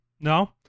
No